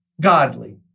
godly